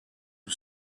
who